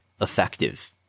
effective